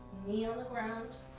knee on the ground,